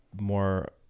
more